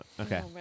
Okay